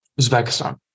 Uzbekistan